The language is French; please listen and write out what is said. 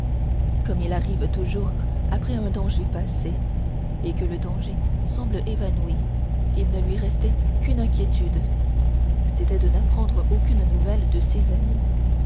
comme il arrive toujours après un danger passé et quand le danger semble évanoui il ne lui restait qu'une inquiétude c'était de n'apprendre aucune nouvelle de ses amis